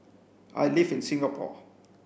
I live in Singapore